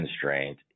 constraint